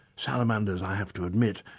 salamanders, i have to admit,